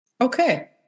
Okay